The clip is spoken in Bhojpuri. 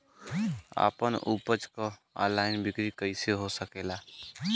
आपन उपज क ऑनलाइन बिक्री कइसे हो सकेला?